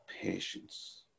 patience